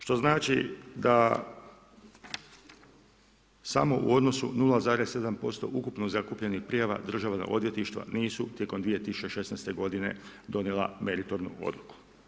Što znači da samo u odnosu 0,7% ukupno zakupljenih prijava državna odvjetništva nisu tijekom 2016. godine donijela meritornu odluku.